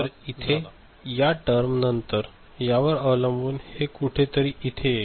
तर इथे या टर्म नंतर या वर अवलंबून हे कुठे तरी इथे येईल